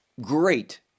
great